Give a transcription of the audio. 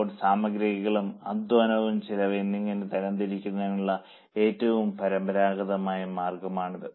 ഇപ്പോൾ സാമഗ്രികൾ അധ്വാനം ചെലവ് എന്നിങ്ങനെ തരംതിരിക്കുന്നതിനുള്ള ഏറ്റവും പരമ്പരാഗത മാർഗമാണിത്